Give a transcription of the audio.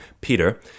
Peter